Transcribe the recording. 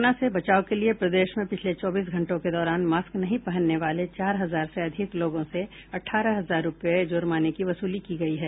corona से बचाव के लिए प्रदेश में पिछले चौबीस घंटों के दौरान मास्क नहीं पहनने वाले चार हजार से अधिक लोगों से अठारह हजार रूपये जुर्माने की वसूली गयी है